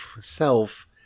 self